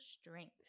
strengths